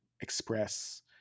express